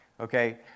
Okay